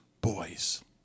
boys